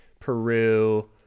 Peru